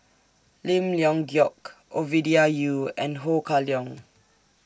Lim Leong Geok Ovidia Yu and Ho Kah Leong